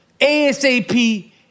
ASAP